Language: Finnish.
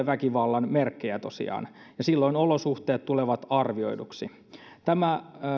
väkivallan merkkejä ja silloin olosuhteet tulevat arvioiduiksi tämä